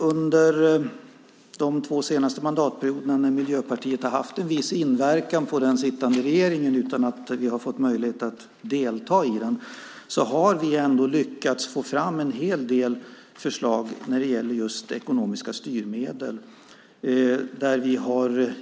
Under de två senaste mandatperioderna, när Miljöpartiet hade en viss inverkan på den då sittande regeringen utan att vi hade möjlighet att delta i den, lyckades vi ändå få fram en hel del förslag om just ekonomiska styrmedel.